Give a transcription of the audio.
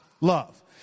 love